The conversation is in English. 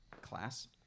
class